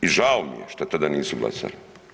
I žao mi je što tada nisu glasali.